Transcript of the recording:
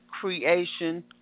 creation